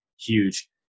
huge